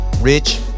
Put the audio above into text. Rich